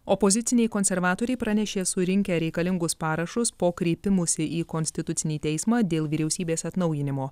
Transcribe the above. opoziciniai konservatoriai pranešė surinkę reikalingus parašus po kreipimusi į konstitucinį teismą dėl vyriausybės atnaujinimo